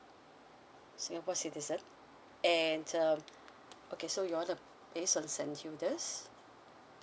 singapore citizen and um okay so you want to base on sanyudas